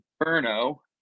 Inferno